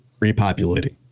repopulating